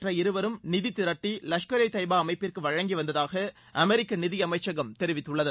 மற்ற இருவரும் நிதி திரட்டி லஷ்கர் இ தொய்பா அமைப்பிற்கு வழங்கி வந்ததாக அமெரிக்க நிதியமைச்சகம் தெரிவித்துள்ளது